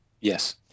Yes